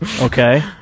Okay